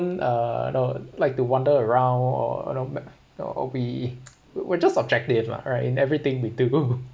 uh you know like to wander around or no me~ or or we we're just subjective lah right in everything we do